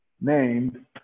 named